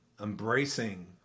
embracing